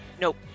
nope